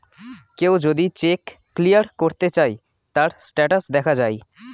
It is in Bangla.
কেউ যদি চেক ক্লিয়ার করতে চায়, তার স্টেটাস দেখা যায়